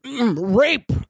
rape